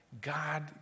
God